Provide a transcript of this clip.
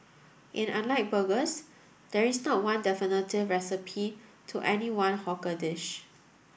and unlike burgers there is not one definitive recipe to any one hawker dish